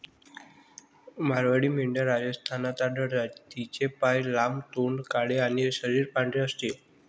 मारवाडी मेंढ्या राजस्थानात आढळतात, तिचे पाय लांब, तोंड काळे आणि शरीर पांढरे असते